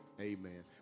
Amen